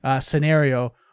scenario